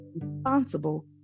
responsible